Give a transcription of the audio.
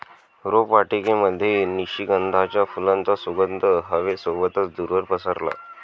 रोपवाटिकेमध्ये निशिगंधाच्या फुलांचा सुगंध हवे सोबतच दूरवर पसरला